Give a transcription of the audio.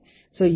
కాబట్టి A